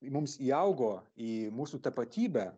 mums įaugo į mūsų tapatybę